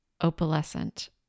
opalescent